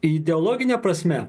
ideologine prasme